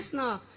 la